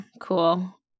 cool